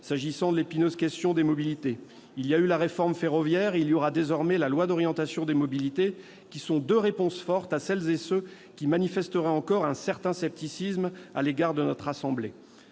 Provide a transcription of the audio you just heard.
s'agissant de l'épineuse question des mobilités. Il y a eu la réforme ferroviaire, il y aura désormais la loi d'orientation des mobilités : ces deux textes sont des réponses fortes à celles et ceux qui manifesteraient encore un certain scepticisme à l'égard de notre assemblée.